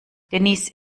denise